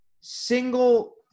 single